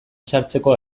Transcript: sartzeko